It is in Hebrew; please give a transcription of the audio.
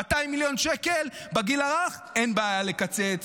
200 מיליון שקל בגיל הרך אין בעיה לקצץ,